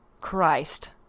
christ